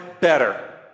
better